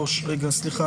רגע.